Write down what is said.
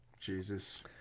Jesus